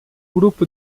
grupo